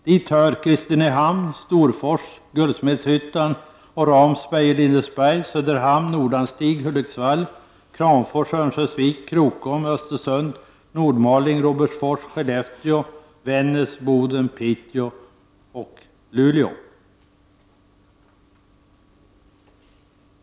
Hit hör Kristinehamn, Storfors, Guldsmedshyttan och Ramsberg i Lindesberg, Söderhamn, Nordanstig, Hudiksvall, Kramfors, Örnsköldsvik, Krokom, Östersund, Nordmaling, Robertsfors, Skellefteå, Vännäs, Boden, Piteå och Luleå.